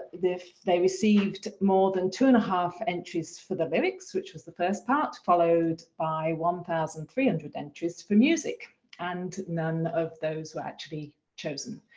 if they received more than two and a half entries for the lyrics which was the first part, followed by one thousand three hundred entries for music and none of those were actually chosen.